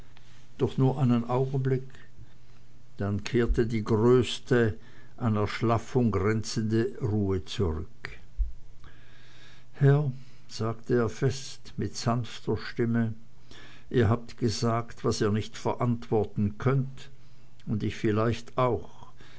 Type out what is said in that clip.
doch nur einen augenblick dann kehrte die größte an erschlaffung grenzende ruhe zurück herr sagte er fest mit fast sanfter stimme ihr habt gesagt was ihr nicht verantworten könnt und ich vielleicht auch